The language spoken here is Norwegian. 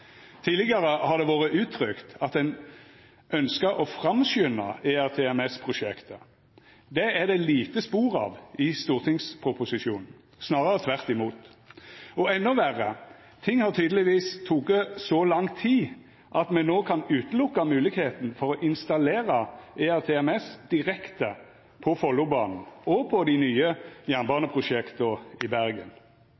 Tidlegare har det vore uttrykt at ein ønskte å framskunda ERTMS-prosjektet. Det er det lite spor av i stortingsproposisjonen, snarare tvert imot. Og endå verre: Ting har tydelegvis teke så lang tid at me no kan utelukka moglegheita for å installera ERTMS direkte på Follobanen og på dei nye